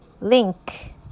link